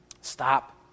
stop